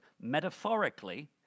Metaphorically